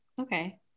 okay